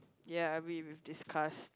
ya I mean we discuss